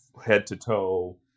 head-to-toe